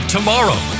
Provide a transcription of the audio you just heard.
Tomorrow